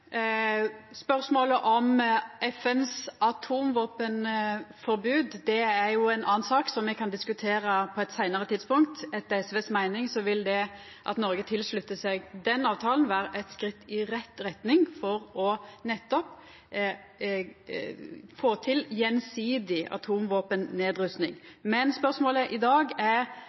Spørsmålet om FNs atomvåpenforbod er ein annan sak som me kan diskutera på eit seinare tidspunkt. Etter SVs meining vil det at Noreg sluttar seg til den avtalen, vera eit skritt i rett retning for nettopp å få til gjensidig atomvåpennedrusting. Men spørsmålet i dag